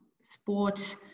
sport